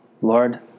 Lord